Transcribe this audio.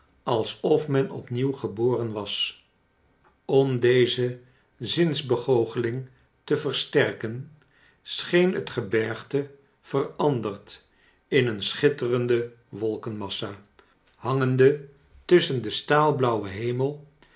alsof men opnieuw geboren was om deze zinsbegoocheling te versterken scheen het gebergte veranderd in een schitterende wolkenmassa hangende tusschen den staalblauwen hemel